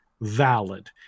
valid